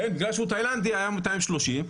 בגלל שהוא תאילנדי היה 230,